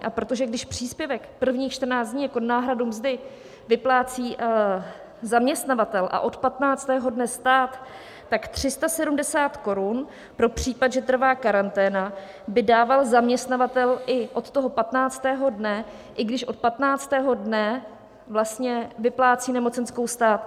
A protože když příspěvek prvních 14 dní jako náhradu mzdy vyplácí zaměstnavatel a od 15. dne stát, tak 370 korun pro případ, že trvá karanténa, by dával zaměstnavatel i od toho 15. dne, i když od 15. dne vlastně vyplácí nemocenskou stát.